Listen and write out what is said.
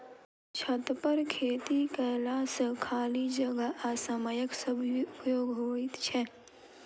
छतपर खेती कयला सॅ खाली जगह आ समयक सदुपयोग होइत छै